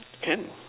can